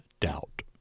doubt